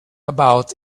about